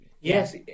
yes